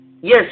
Yes